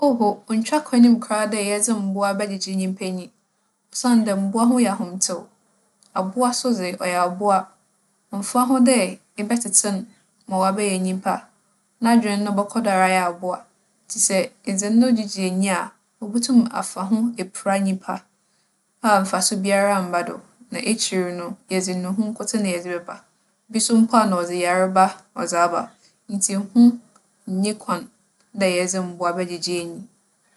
Oho, onntwa kwan mu koraa dɛ yɛdze mbowa bɛgyegye nyimpa enyi osiandɛ mbowa ho yɛ ahomtsew. Abowa so dze, ͻyɛ abowa. ͻmmfa ho dɛ ebɛtsetse no ma ͻabɛyɛ nyimpa, n'adwen no bͻkͻ do ara ayɛ abowa. Ntsi sɛ edze no gyegye enyi a, obotum afa ho epira nyimpa a mfaso biara mmba do. Na ekyir no, yɛdze nnuho nkotsee na yɛdze bɛba. Bi so mpo a na ͻdze yarba ͻdze aba. Ntsi ho nnyi kwan dɛ yɛdze mbowa bɛgyegye enyi.